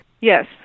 Yes